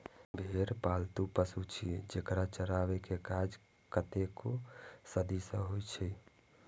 भेड़ पालतु पशु छियै, जेकरा चराबै के काज कतेको सदी सं होइ छै